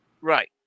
Right